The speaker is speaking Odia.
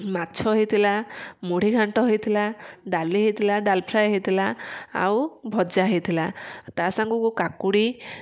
ମାଛ ହେଇଥିଲା ମୁଢ଼ି ଘାଣ୍ଟ ହେଇଥିଲା ଡାଲି ହେଇଥିଲା ଡାଲଫ୍ରାଏ୍ ହେଇଥିଲା ଆଉ ଭଜା ହେଇଥିଲା ତା ସାଙ୍ଗକୁ କାକୁଡ଼ି